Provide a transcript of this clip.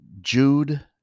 Jude